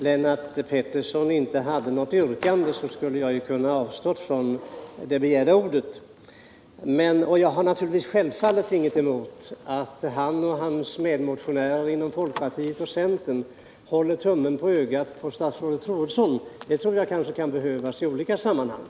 Herr talman! Eftersom Lennart Pettersson inte hade något yrkande skulle jag ha kunnat avstå från ordet, och naturligtvis har jag ingenting emot att han och hans medmotionärer inom folkpartiet och centern håller tummen på ögat på statsrådet Troedsson; det kan kanske behövas i olika sammanhang.